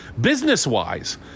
Business-wise